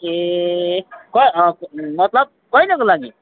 ए क मतलब कहिलेको लागि